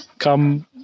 Come